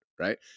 Right